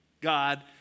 God